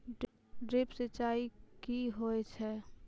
Drip सिंचाई कि होय छै?